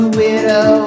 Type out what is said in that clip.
widow